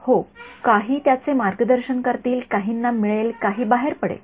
हो काही त्याचे मार्गदर्शन करतील काहींना मिळेल काही बाहेर पडेल